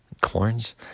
corns